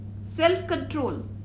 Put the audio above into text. self-control